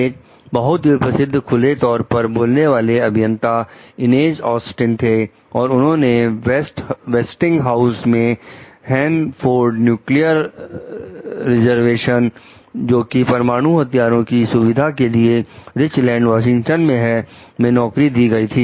एक बहुत ही प्रसिद्ध खुले तौर पर बोलने वाले अभियंता इनेज ऑस्टिन जोकि परमाणु हथियारों की सुविधा के लिए रिचलैंड वाशिंगटन में है में नौकरी दी गई थी